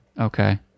Okay